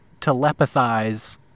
telepathize